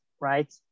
right